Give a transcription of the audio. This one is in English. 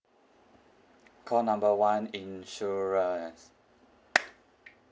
call number one insurance